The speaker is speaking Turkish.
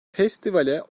festivale